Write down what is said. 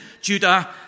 Judah